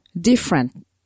different